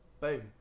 Boom